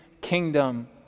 kingdom